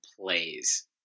plays